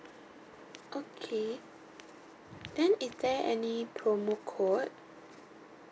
okay then is there any promo code